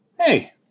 Hey